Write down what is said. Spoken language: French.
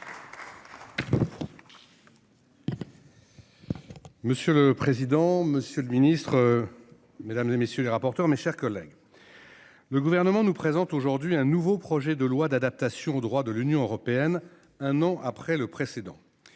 Monsieur le président, Monsieur le Ministre. Mesdames et messieurs les rapporteurs, mes chers collègues. Le gouvernement nous présente aujourd'hui un nouveau projet de loi d'adaptation au droit de l'Union européenne. Un an après le précédent.